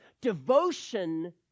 devotion